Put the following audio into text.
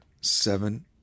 seven